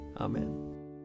Amen